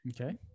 Okay